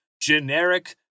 generic